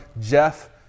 Jeff